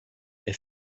est